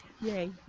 yay